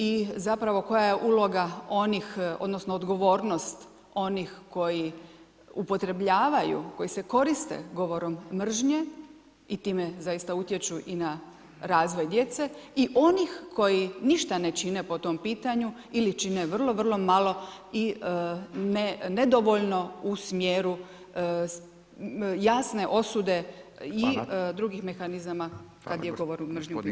I zapravo koja je uloga onih odnosno, odgovornost, onih koji upotrebljavaju, koji se koriste govorom mržnje i time zaista utječu i na razvoj djece i onih koji ništa ne čine po tom pitanju ili čine vrlo vrlo malo i nedovoljno u smjeru jasne osude i drugih mehanizama kada je govor mržnje u pitanju.